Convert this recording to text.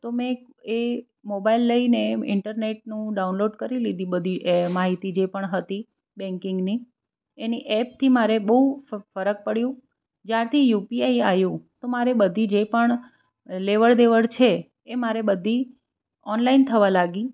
તો મેં એ મોબાઇલ લઈને ઇન્ટરનેટનું ડાઉનલોડ કરી લીધી બધી એ માહિતી જે પણ હતી બેન્કિંગની એની એપથી મારે બહુ ફરક પડ્યું જ્યારથી યુપીઆઈ આવ્યું તો મારે બધી જે પણ લેવડદેવડ છે એ મારે બધી ઓનલાઇન થવા લાગી